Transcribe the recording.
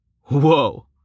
Whoa